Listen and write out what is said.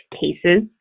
cases